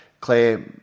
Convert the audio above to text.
Claire